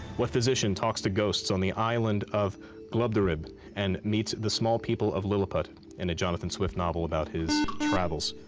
what physician talks to ghosts on the island of glubbdubdrib and meets the small people of lilliput in the jonathan swift novel about his travels?